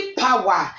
power